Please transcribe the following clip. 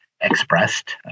expressed